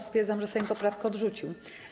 Stwierdzam, że Sejm poprawkę odrzucił.